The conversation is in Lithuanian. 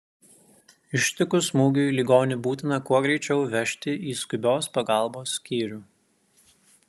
ištikus smūgiui ligonį būtina kuo greičiau vežti į skubios pagalbos skyrių